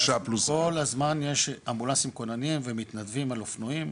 כל הזמן יש אמבולנסים כוננים ומתנדבים על אופנועים,